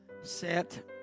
set